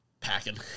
packing